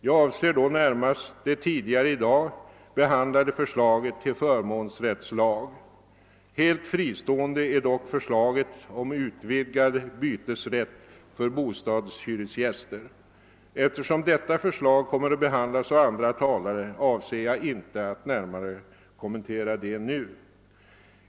Jag avser då närmast det tidigare i dag behandlade förslaget till förmånsrättslag. Helt fristående är dock förslaget om utvidgad bytesrätt för bostadshyresgäster. Eftersom detta förslag kommer att behandlas av andra talare avser jag inte att nu gå närmare in på det.